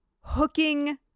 hooking